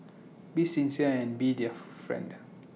be sincere and be their friend